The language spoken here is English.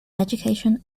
education